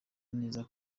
neza